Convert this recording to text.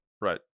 Right